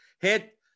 Hit